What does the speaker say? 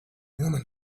woman